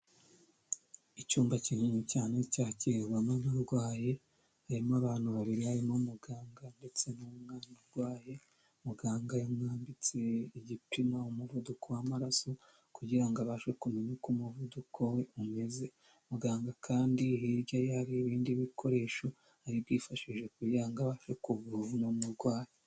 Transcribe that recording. Icyumba kinini cyane cyakirirwamo n'uburwaye harimo abantu babirimo umuganga ndetse n'umwana urwaye, muganga yamwambitse igipima umuvuduko w'amaraso kugira abashe kumenya uko umuvuduko we umeze muganga kandi hirya ye hari ibindi bikoresho ari byifashishije kugirango abashe kuvura umurwayi.